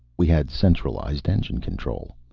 we had centralized engine control.